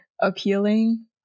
appealing